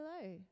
Hello